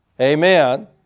Amen